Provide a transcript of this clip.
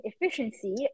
efficiency